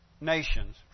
nations